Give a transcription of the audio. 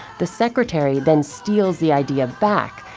the secretary then steals the idea back,